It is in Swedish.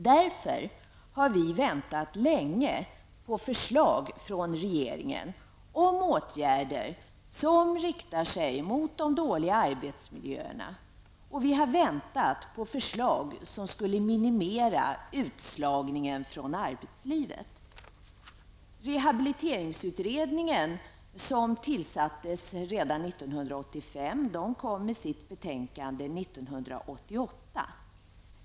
Därför har vi väntat länge på förslag från regeringen om åtgärder som riktar sig mot de dåliga arbetsmiljöerna, och vi har väntat på förslag vilkas genomförande skulle minimera utslagningen från arbetslivet. 1985, lade fram sitt betänkande 1988.